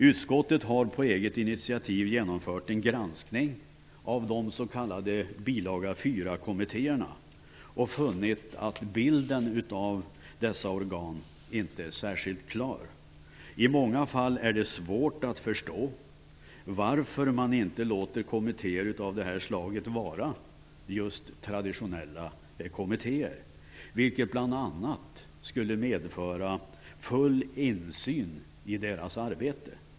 Utskottet har på eget initiativ genomfört en granskning av de s.k. bilaga 4-kommittéerna och funnit att bilden av dessa organ inte är särskilt klar. I många fall är det svårt att förstå varför man inte låter kommittéer av detta slag vara just traditionella kommittéer, vilket bl.a. skulle medföra full insyn i deras arbete.